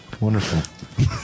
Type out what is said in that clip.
Wonderful